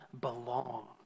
belong